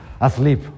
asleep